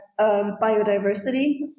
biodiversity